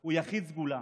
הוא יחיד סגולה,